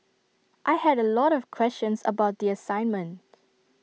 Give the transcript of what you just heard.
I had A lot of questions about the assignment